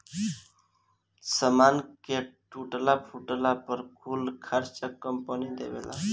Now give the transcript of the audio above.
सामान के टूटला फूटला पर कुल खर्चा कंपनी देवेला